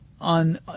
on